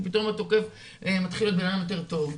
כי פתאום התוקף מתחיל להיות בו אדם יותר טוב.